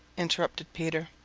interrupted peter,